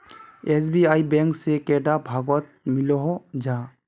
SBI bank से कैडा भागोत मिलोहो जाहा?